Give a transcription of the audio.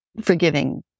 forgiving